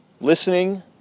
listening